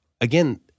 Again